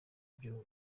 ibyo